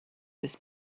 this